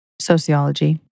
Sociology